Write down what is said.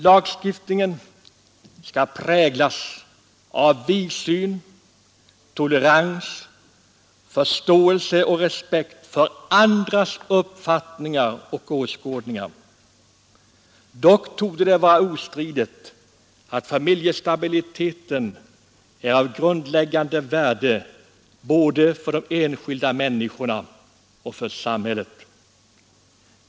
Lagstiftningen skall präglas av vidsyn, tolerans, förståelse och respekt för andras uppfattningar och åskådningar. Dock torde det vara ostridigt att familjestabiliteten är av grundläggande värde både för de enskilda människorna och för samhället.